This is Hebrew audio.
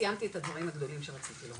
ציינתי את הדברים שרציתי לומר,